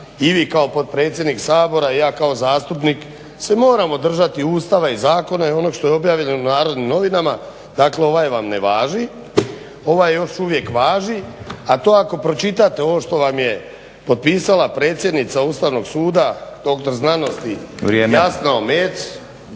i vi kao potpredsjednik Sabora i ja kao zastupnik se moramo držati Ustava i zakona i onog što je objavljeno u Narodnim novinama. Dakle ovaj vam ne važi, ovaj još uvijek važi, a to ako pročitate ovo što vam je potpisala predsjednica Ustavnog suda dr.sc. Jasna Omejec